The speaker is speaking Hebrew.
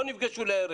לא נפגשו לערב,